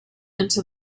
into